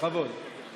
אני